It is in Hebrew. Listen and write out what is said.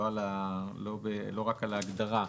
לא רק על ההגדרה.